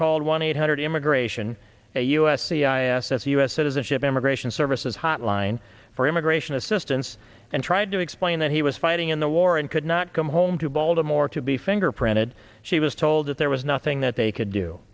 called one eight hundred immigration a u s c i s as a u s citizenship immigration services hotline for immigration assistance and tried to explain that he was fighting in the war and could not come home to baltimore to be fingerprinted she was told that there was nothing that they could do